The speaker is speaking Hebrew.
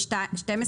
21 לתקנות העיקריות,